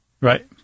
Right